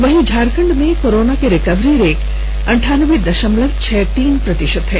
वहीं झारखंड में कोरोना की रिकवरी रेट अनठानबे दशमलव छह तीन प्रतिशत हैं